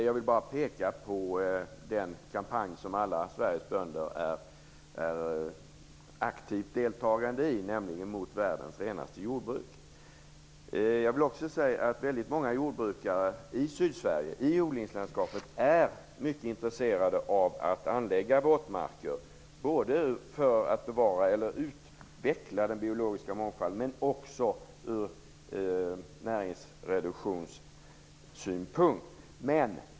Jag vill bara peka på den kampanj som alla Sveriges bönder är aktivt deltagande i, nämligen kampanjen mot världens renaste jordbruk. Jag vill också säga att väldigt många jordbrukare i Sydsverige, i odlingslandskapet, är mycket intresserade av att anlägga våtmarker, delvis för att utveckla den biologiska mångfalden men också från näringsreduktionssynpunkt.